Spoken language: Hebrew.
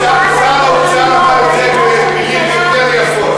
שר האוצר אמר את זה במילים יותר יפות.